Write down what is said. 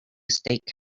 steak